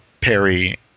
Perry